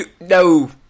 no